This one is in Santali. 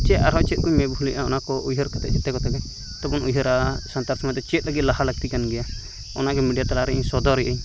ᱪᱮ ᱟᱨᱦᱚᱸ ᱪᱮᱜ ᱠᱚᱧ ᱢᱮᱱ ᱵᱷᱩᱞᱮᱜᱼᱟ ᱚᱱᱟᱠᱚ ᱩᱭᱦᱟᱹᱨ ᱠᱟᱛᱮᱫ ᱩᱭᱦᱟᱹᱨᱟ ᱠᱟᱛᱮᱫ ᱡᱚᱛᱚ ᱵᱚᱱ ᱩᱭᱦᱟᱹᱨᱟ ᱥᱟᱱᱛᱟᱲ ᱥᱚᱢᱟᱡᱽ ᱨᱮ ᱪᱮᱜ ᱞᱟᱜᱤᱫ ᱞᱟᱠᱛᱤ ᱠᱟᱱᱜᱮᱭᱟ ᱚᱱᱟᱜᱮ ᱢᱤᱰᱤᱭᱟ ᱛᱟᱞᱟᱨᱤᱧ ᱥᱚᱫᱚᱨᱮᱟᱹᱧ